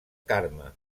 carme